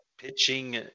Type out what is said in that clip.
pitching